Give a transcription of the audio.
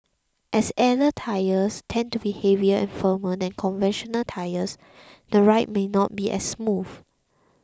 as airless tyres tend to be heavier and firmer than conventional tyres the ride may not be as smooth